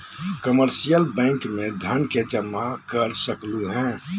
commercial bank में धन के जमा कर सकलु हें